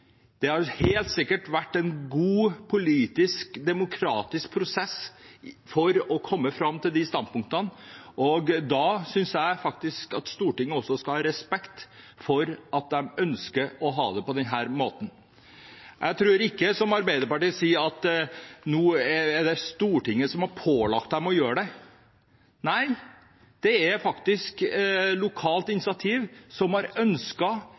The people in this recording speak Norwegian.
Det har helt sikkert vært en god politisk og demokratisk prosess for å komme fram til de standpunktene, og da synes jeg at Stortinget skal ha respekt for at de ønsker å ha det på denne måten. Jeg tror ikke, som Arbeiderpartiet sier, at det nå er Stortinget som har pålagt dem å gjøre det. Nei, det er faktisk et lokalt initiativ, hvor man har